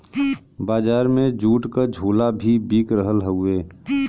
बजार में जूट क झोला भी बिक रहल हउवे